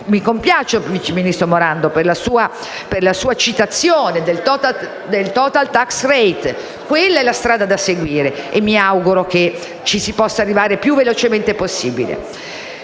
Mi compiaccio, vice ministro Morando, per la sua citazione del *total tax rate*: quella è la strada da seguire e mi auguro che ci si possa arrivare il più velocemente possibile.